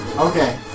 Okay